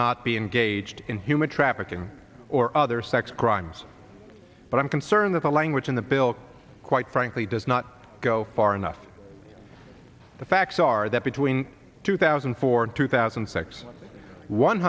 not be engaged in human trafficking or other sex crimes but i'm concerned that the language in the bill quite frankly does not go far enough the facts are that between two thousand and four and two thousand and six one